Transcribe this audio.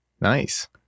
Nice